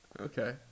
Okay